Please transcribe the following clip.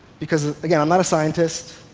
because, again, i'm not a scientist.